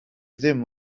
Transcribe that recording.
ddim